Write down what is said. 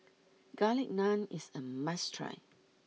Garlic Naan is a must try